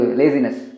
laziness